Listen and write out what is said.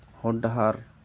ᱦᱚᱨ ᱰᱟᱦᱟᱨ